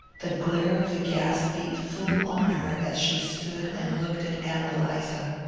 the glare of the gas beat full on her as she stood and looked at ann eliza.